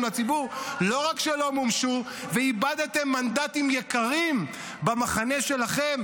לציבור לא רק שלא מומשו אלא איבדתם יקרים במחנה שלכם,